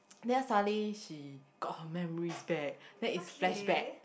then suddenly she got her memories back then it's flashback